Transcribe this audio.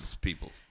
people